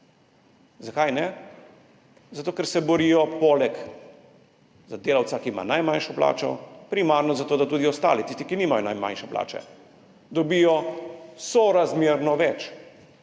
Zakaj ne? Zato ker se borijo poleg za delavca, ki ima najmanjšo plačo, primarno za to, da tudi ostali, tisti, ki nimajo najmanjše plače, dobijo sorazmerno več,